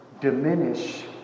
diminish